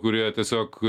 kurie tiesiog